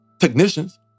technicians